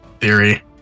theory